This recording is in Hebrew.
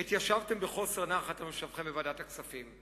עת ישבתם בחוסר נחת על מושביכם בוועדת הכספים,